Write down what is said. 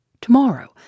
Tomorrow